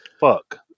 fuck